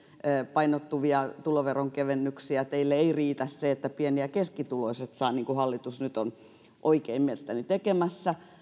painottuvia tuloveronkevennyksiä teille ei riitä se että pieni ja keskituloiset saavat niin kuin hallitus nyt on mielestäni oikein tekemässä